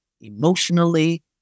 emotionally